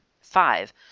Five